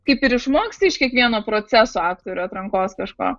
kaip ir išmoksti iš kiekvieno proceso aktorių atrankos kažko